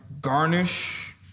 Garnish